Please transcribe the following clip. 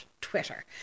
Twitter